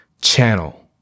channel